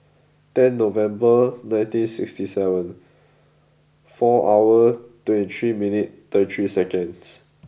tenth November nineteen sixty seven four hour twenty three minute thirty three seconds